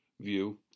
view